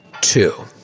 two